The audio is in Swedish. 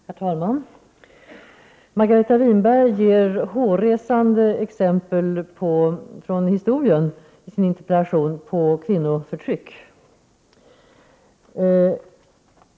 Herr talman! Margareta Winberg ger i sin interpellation hårresande exempel från historien på kvinnoförtryck.